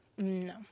No